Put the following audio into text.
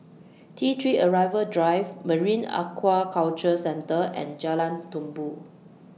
T three Arrival Drive Marine Aquaculture Centre and Jalan Tumpu